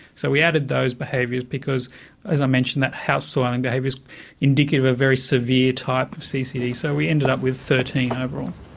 so we added those behaviours because as i mentioned, that house-soiling behaviour is indicative of very severe-type ccd, so we ended up with thirteen overall.